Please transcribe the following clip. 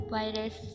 virus